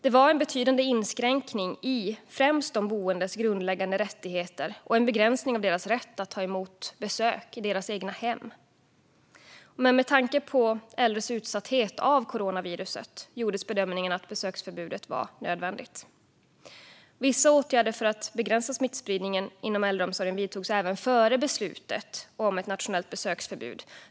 Det var en betydande inskränkning i främst de boendes grundläggande rättigheter och en begränsning av deras rätt att ta emot besök i sitt eget hem. Men med tanke på äldres utsatthet för coronaviruset gjordes bedömningen att besöksförbudet var nödvändigt. Vissa åtgärder för att begränsa smittspridningen inom äldreomsorgen vidtogs även före beslutet om ett nationellt besöksförbud.